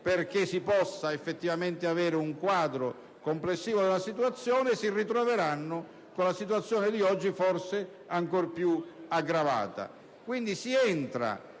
perché si possa effettivamente avere un quadro complessivo della situazione, si ritroveranno con la situazione di oggi, forse ancor più aggravata.